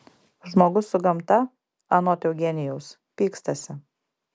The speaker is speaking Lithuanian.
žmogus su gamta anot eugenijaus pykstasi